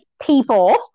people